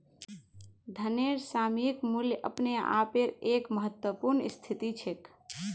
धनेर सामयिक मूल्य अपने आपेर एक महत्वपूर्ण स्थिति छेक